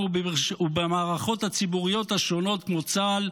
ובמערכות הציבוריות השונות כמו צה"ל,